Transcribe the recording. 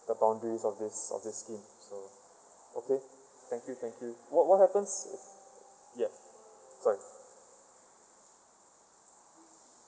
the boundaries of this of this scheme so okay thank you thank you what what happens if ya sorry